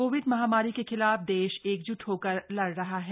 Covid महामारी के खिलाफ देश एकजुट होकर लड़ रहा है